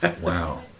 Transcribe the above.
Wow